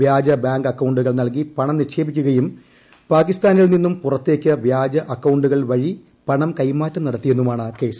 വ്യാജ ബാങ്ക് അക്കൌണ്ടുകൾ നല്കി പണം നിക്ഷേപി ക്കുകയും പാകിസ്ഥാനിൽ നിന്നും പുറത്തേക്ക് വ്യാജ അക്കൌണ്ടുകൾ വഴി പണം കൈമാറ്റം നടത്തിയെന്നുമാണ് കേസ്